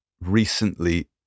recently